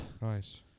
Nice